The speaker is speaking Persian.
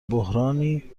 بحرانی